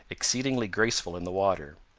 exceedingly graceful in the water.